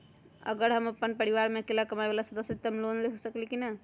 अगर हम अपन परिवार में अकेला कमाये वाला सदस्य हती त हम लोन ले सकेली की न?